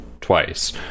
twice